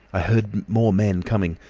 i heard more men coming,